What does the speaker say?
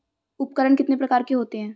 उपकरण कितने प्रकार के होते हैं?